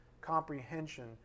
comprehension